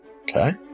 Okay